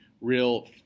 real